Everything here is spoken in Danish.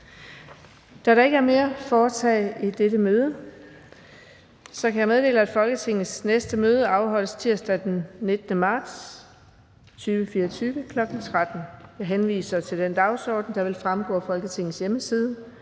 Der er ikke mere at foretage i dette møde. Folketingets næste møde afholdes tirsdag den 19. marts 2024, kl. 13.00. Jeg henviser til den dagsorden, der fremgår af Folketingets hjemmeside.